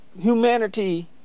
humanity